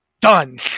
done